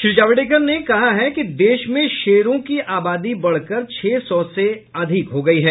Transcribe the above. श्री जावड़ेकर ने कहा कि देश में शेरों की आबादी बढ़कर छह सौ से अधिक हो गई है